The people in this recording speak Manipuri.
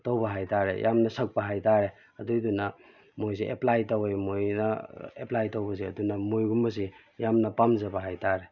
ꯇꯧꯕ ꯍꯥꯏꯕꯇꯥꯔꯦ ꯌꯥꯝꯅ ꯁꯛꯄ ꯍꯥꯏꯕꯇꯥꯔꯦ ꯑꯗꯨꯒꯤꯗꯨꯅ ꯃꯣꯏꯁꯦ ꯑꯦꯄ꯭ꯂꯥꯏ ꯇꯧꯌꯦ ꯃꯣꯏꯅ ꯑꯦꯄ꯭ꯂꯥꯏ ꯇꯧꯕꯁꯦ ꯑꯗꯨꯅ ꯃꯣꯏꯒꯨꯝꯕꯁꯦ ꯌꯥꯝꯅ ꯄꯥꯝꯖꯕ ꯍꯥꯏꯕꯇꯥꯔꯦ